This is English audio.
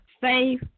Faith